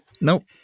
Nope